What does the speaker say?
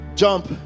Jump